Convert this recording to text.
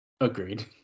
Agreed